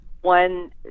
one